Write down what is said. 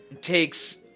takes